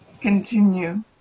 continue